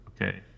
Okay